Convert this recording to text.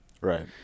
Right